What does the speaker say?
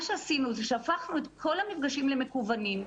מה שעשינו, זה שהפכנו את כל המפגשים למקוונים,